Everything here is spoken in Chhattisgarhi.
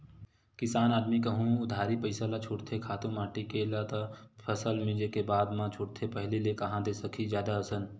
किसान आदमी कहूँ उधारी पइसा ल छूटथे खातू माटी के ल त फसल मिंजे के बादे म छूटथे पहिली ले कांहा दे सकही जादा असन